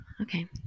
Okay